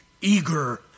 eager